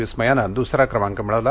विस्मयाने दुसरा क्रमांक मिळवला